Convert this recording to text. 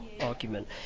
argument